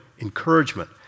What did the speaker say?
encouragement